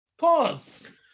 pause